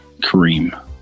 Kareem